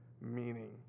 meaning